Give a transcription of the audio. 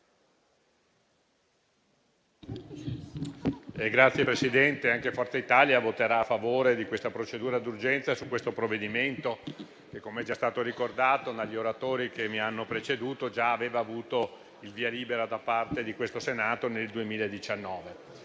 Signor Presidente, anche Forza Italia voterà a favore della richiesta di procedura d'urgenza su questo provvedimento, che - com'è già stato ricordato dagli oratori che mi hanno preceduto - aveva già avuto il via libera da parte di questo Senato nel 2019.